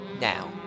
now